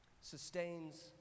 sustains